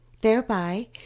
thereby